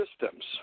systems